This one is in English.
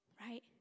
right